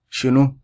Shunu